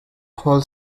hall